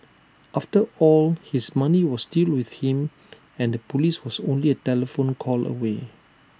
after all his money was still with him and the Police was only A telephone call away